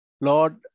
Lord